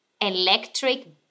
electric